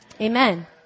Amen